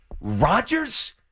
Rodgers